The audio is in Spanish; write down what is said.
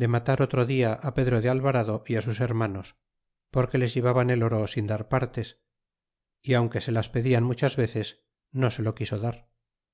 de matar otro dia pedro de alvarado á sus hermanos porque les llevaban el oro sin dar partes y aunque se las pedian muchas veces no se lo quiso dar